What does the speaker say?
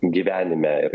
gyvenime ir